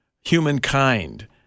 humankind